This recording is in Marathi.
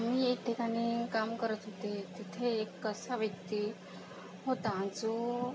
मी एक ठिकाणी काम करत होते तिथे एक असा व्यक्ती होता जो